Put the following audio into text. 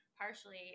partially